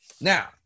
Now